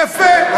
יפה.